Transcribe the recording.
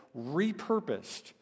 repurposed